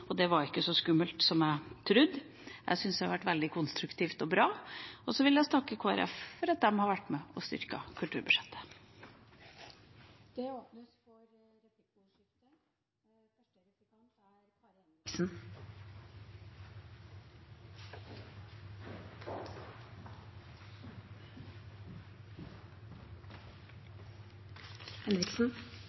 og det var ikke så skummelt som jeg trodde. Jeg syns det har vært veldig konstruktivt og bra. Så vil jeg takke Kristelig Folkeparti for at de har vært med og styrket kulturbudsjettet. Det blir replikkordskifte. Da kan jeg først replisere ved å takke for